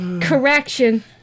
Correction